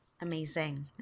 Amazing